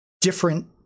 Different